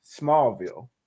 smallville